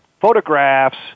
photographs